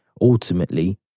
ultimately